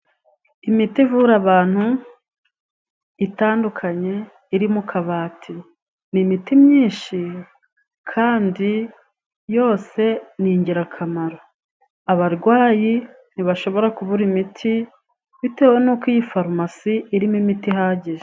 Imiti ivura abantu itandukanye iri mu kabati, ni imiti myinshi kandi yose ni ingirakamaro. Abarwayi ntibashobora kubura imiti bitewe n'uko iyi farumasi irimo imiti ihagije.